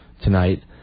tonight